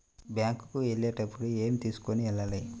Bank కు వెళ్ళేటప్పుడు ఏమి తీసుకొని వెళ్ళాలి?